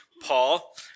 Paul